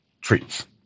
treats